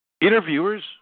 Interviewers